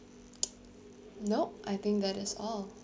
nope I think that that is all